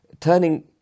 turning